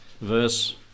verse